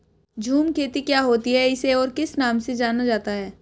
झूम खेती क्या होती है इसे और किस नाम से जाना जाता है?